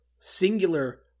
singular